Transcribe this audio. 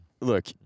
Look